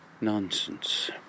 Nonsense